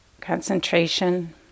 concentration